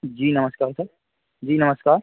जी नमस्कार सर जी नमस्कार